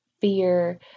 fear